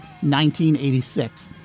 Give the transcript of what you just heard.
1986